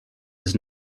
his